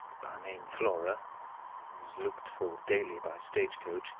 by name flora, who is looked for daily by stage-coach